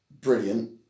brilliant